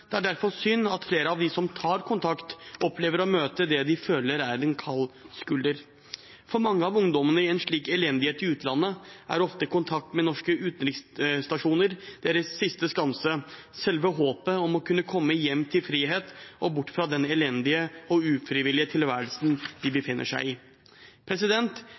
Det er derfor synd at flere av dem som tar kontakt for å få hjelp, opplever å møte det de føler er en kald skulder. For mange av ungdommene i en slik elendighet i utlandet er ofte kontakt med norske utenriksstasjoner deres siste skanse – selve håpet om å kunne komme hjem til frihet og bort fra den elendige og ufrivillige tilværelsen de befinner seg i.